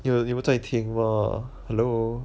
你有你有没在听 lor hello